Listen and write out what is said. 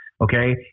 okay